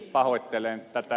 pahoittelen tätä